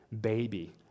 baby